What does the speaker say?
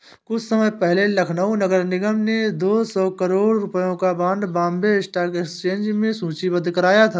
कुछ समय पहले लखनऊ नगर निगम ने दो सौ करोड़ रुपयों का बॉन्ड बॉम्बे स्टॉक एक्सचेंज में सूचीबद्ध कराया था